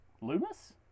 Loomis